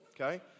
Okay